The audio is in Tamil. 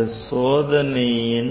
இந்த சோதனையின்